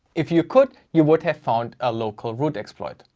if you could, you would have found a local root exploit.